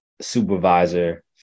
supervisor